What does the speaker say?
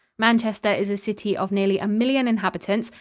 manchester is a city of nearly a million inhabitants,